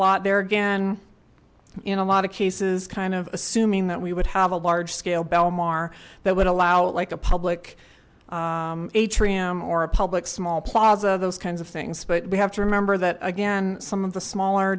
lot there again in a lot of cases kind of assuming that we would have a large scale belmar that would allow like a public atrium or a public small plaza those kinds of things but we have to remember that again some